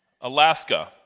alaska